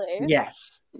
Yes